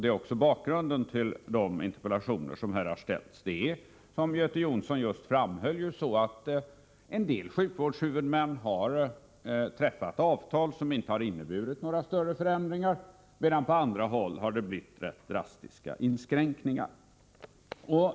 Det är också bakgrunden till de interpellationer som här har framställts. Som Göte Jonsson just framhöll har en del sjukvårdshuvudmän träffat avtal som inte har inneburit några större förändringar, medan det på andra håll har blivit rätt drastiska inskränkningar.